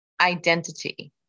identity